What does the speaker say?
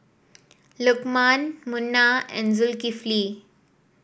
Lukman Munah and Zulkifli